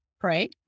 Pray